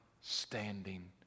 standing